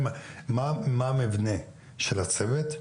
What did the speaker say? מה המבנה של הצוות,